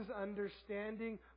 understanding